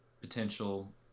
potential